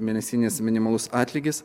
mėnesinis minimalus atlygis